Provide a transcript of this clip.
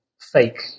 fake